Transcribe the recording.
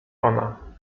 ona